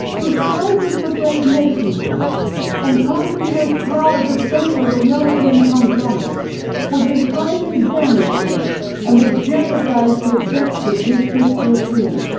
to try to suppress nationhood and concentrate power at the centre of a european conglomerate would be highly damaging and would jeopardise the objectives we seek to achieve.